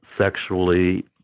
sexually